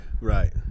Right